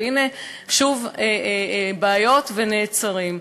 והנה שוב בעיות ונעצרים.